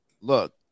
look